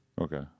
Okay